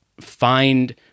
find